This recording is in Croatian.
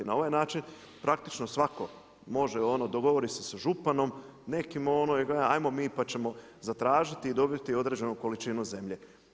Na ovaj način praktično svatko može, dogovori se sa županom nekim, kaže ajmo mi pa ćemo zatražiti i dobiti određenu količinu zemlje.